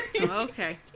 Okay